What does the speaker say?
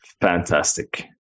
Fantastic